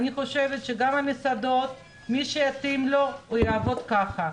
אני חושבת שגם המסעדות, מי שיתאים לו, יעבוד ככה.